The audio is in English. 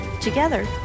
together